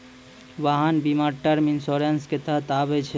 वाहन बीमा term insurance के तहत आबै छै